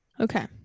Okay